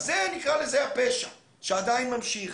אז לזה נקרא הפשע, שעדיין ממשיך.